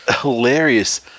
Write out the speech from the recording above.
hilarious